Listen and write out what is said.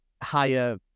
higher